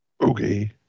Okay